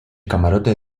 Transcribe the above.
camarote